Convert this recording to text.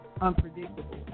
unpredictable